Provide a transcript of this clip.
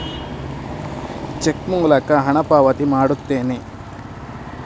check ಮೂಲಕ ಹಣ ಪಾವತಿ ಮಾಡುತ್ತೇನೆ